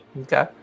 Okay